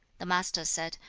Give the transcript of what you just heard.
the master said,